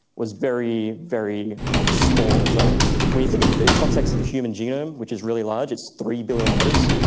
was very, very small. so when you think of the context of a human genome, which is really large, it's three billion letters,